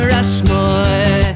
Rushmore